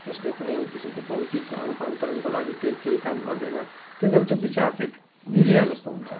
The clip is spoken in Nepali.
त्यसले कुनै किसिमको भौतिक रुपान्तरणको लागि त्यही केही काम गर्दैन त्यति बेला त्यो विचार तेत निरीह जस्तो हुन्छ